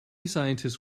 scientists